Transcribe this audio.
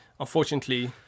Unfortunately